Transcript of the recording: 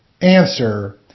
Answer